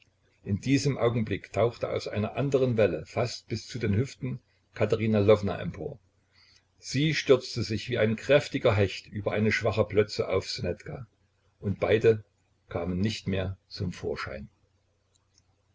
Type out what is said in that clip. in diesem augenblick tauchte aus einer anderen welle fast bis zu den hüften katerina lwowna empor sie stürzte sich wie ein kräftiger hecht über eine schwache plötze auf ssonetka und beide kamen nicht mehr zum vorschein